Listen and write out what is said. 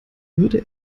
würde